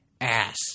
ass